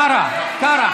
קארה, קארה.